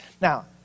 Now